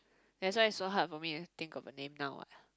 that's why it's so hard for me to think of a name now what